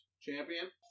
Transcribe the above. champion